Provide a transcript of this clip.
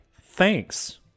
Thanks